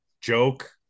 Joke